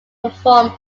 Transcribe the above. perform